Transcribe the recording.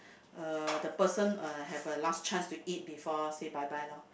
uh the person uh have a last chance to eat before say bye bye lor